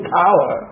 power